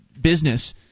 business